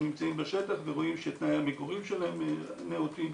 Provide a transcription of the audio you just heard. אנחנו נמצאים בשטח ורואים שתנאי המגורים שלהם נאותים,